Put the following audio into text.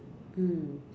mm